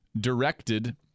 directed